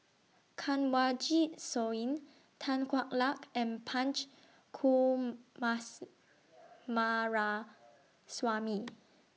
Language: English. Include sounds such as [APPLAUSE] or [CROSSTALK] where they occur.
Kanwaljit Soin Tan Hwa Luck and Punch [UNINTELLIGIBLE]